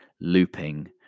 looping